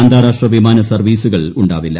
അന്താരാഷ്ട്ര വിമാന സർവീസുകൾ ഉണ്ടാവില്ല